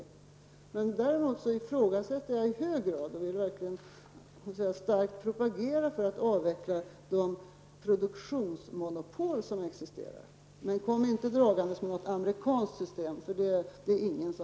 Vad jag däremot i hög grad ifrågasätter är om man verkligen propagerar för en avveckling av existerande produktionsmonopol. Men kom inte och tala om ett amerikanskt system, för ett sådant vill ingen ha!